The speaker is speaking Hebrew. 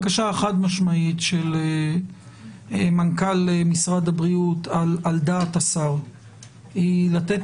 של מנכ"ל משרד הבריאות על דעת השר היא לתת